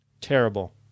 Terrible